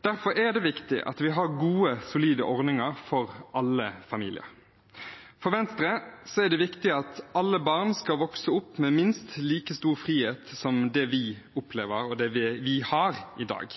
Derfor er det viktig at vi har gode, solide ordninger for alle familier. For Venstre er det viktig at alle barn vokser opp med minst like stor frihet som det vi har i dag.